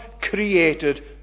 created